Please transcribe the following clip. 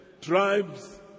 tribes